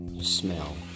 smell